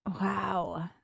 wow